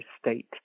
State